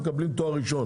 הם מקבלים רק תואר ראשון.